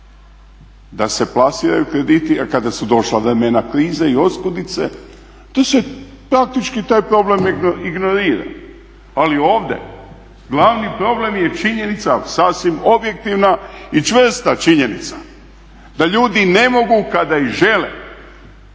da se plasiraju krediti, jer kada su došla vremena krize i oskudice tu se praktički taj problem ignorira. Ali ovdje glavni problem je činjenica, sasvim objektivna i čvrsta činjenica da ljudi ne mogu kada i žele